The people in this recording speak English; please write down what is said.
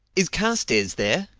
is carstairs there?